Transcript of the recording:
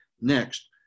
Next